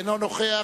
אינו נוכח,